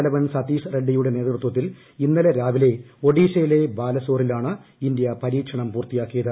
തലവൻ സതീഷ് റെഡ്ഡിയുടെ നേതൃത്വത്തിൽ ഇന്നലെ രാവിലെ ഒഡിഷയിലെ ബാലോസോറിലാണ് ഇന്ത്യ പരീക്ഷണം പൂർത്തിയാക്കിയത്